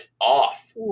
off